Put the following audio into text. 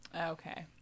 Okay